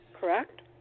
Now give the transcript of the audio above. Correct